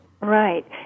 Right